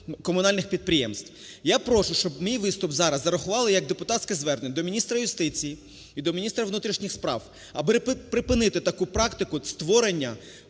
Я прошу, щоб мій виступ зараз зарахували як депутатське звернення до міністра юстиції і до міністра внутрішніх справ, аби припинити таку практику створення